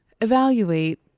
evaluate